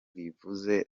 rivuze